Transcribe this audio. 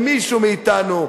למישהו מאתנו.